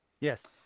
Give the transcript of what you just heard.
Yes